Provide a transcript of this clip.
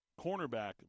cornerback